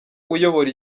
uyobora